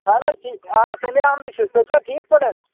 اہَن حظ ٹھیٖک آ سمیٖر احمدٕے چھُس تُہۍ چھِوا ٹھیٖک پٲٹھۍ